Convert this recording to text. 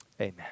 amen